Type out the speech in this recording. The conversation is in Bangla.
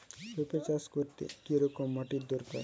পেঁপে চাষ করতে কি রকম মাটির দরকার?